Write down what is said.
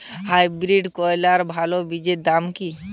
Hybrid করলার ভালো বীজের নাম কি?